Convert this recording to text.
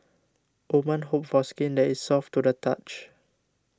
women hope for skin that is soft to the touch